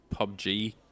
PUBG